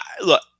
look